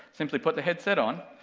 simply put the headset on,